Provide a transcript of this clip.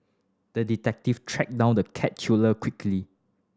the detective tracked down the cat killer quickly